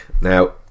now